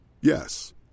Yes